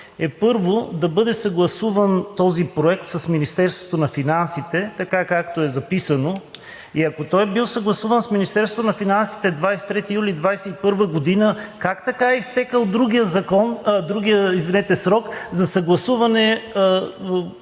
първо да бъде съгласуван този проект с Министерството на финансите така, както е записано. И ако той е бил съгласуван с Министерството на финансите на 23 юли 2021 г., как така е изтекъл другият срок за съгласуване,